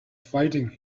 fighting